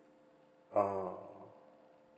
uh